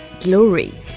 Glory